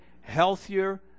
healthier